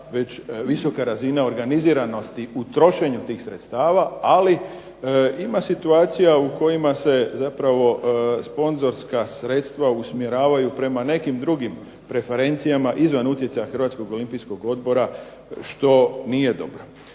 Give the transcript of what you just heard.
već visoka razina organiziranosti u trošenju tih sredstava. Ali ima situacija u kojima se zapravo sponzorska sredstva usmjeravaju prema nekim drugim preferencijama izvan utjecaja Hrvatskog olimpijskog odbora što nije dobro.